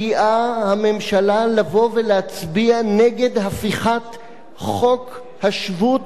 לבוא ולהצביע נגד הפיכת חוק השבות ככתבו וכלשונו,